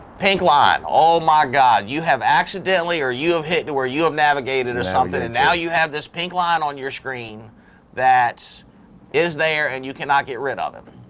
pink line. oh my god you have accidentally or you have hit to where you have navigated or something and now you have this pink line on your screen that is there and you cannot get rid of it.